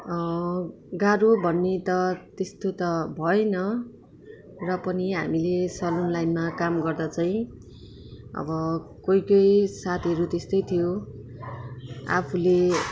गाह्रो भन्ने त त्यस्तो त भएन र पनि हामीले सलुन लाइनमा काम गर्दा चाहिँ अब कोही कोही साथीहरू त्यस्तै थियो आफूले